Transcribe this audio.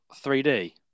3D